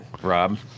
Rob